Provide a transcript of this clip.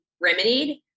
remedied